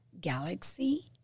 Galaxy